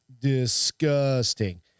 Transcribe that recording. disgusting